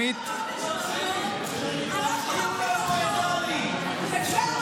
אבקש להודיע על חילופי אישים